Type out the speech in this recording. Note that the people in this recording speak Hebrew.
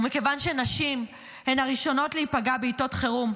ומכיוון שנשים הן הראשונות להיפגע בעיתות חירום,